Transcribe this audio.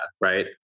right